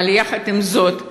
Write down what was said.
אבל יחד עם זאת,